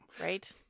Right